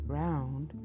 round